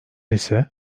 ise